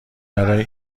برای